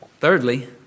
Thirdly